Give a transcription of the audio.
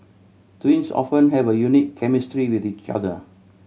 twins often have a unique chemistry with each other